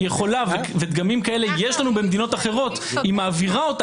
היא יכולה ודגמים כאלה יש לנו במדינות אחרות להעביר אותה